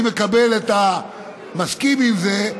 אני מקבל, מסכים לזה,